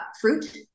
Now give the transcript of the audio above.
fruit